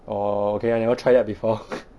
orh okay I never try that before